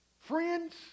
Friends